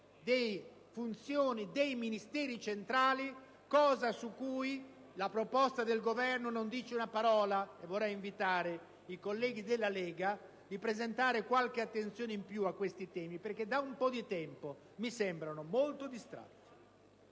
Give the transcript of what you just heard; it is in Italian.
delle funzioni dei Ministeri centrali, misura sulla quale la proposta del Governo non dice una parola. Vorrei invitare i colleghi della Lega a prestare qualche attenzione in più su questi temi, perché da un po' di tempo mi sembrano molto distratti.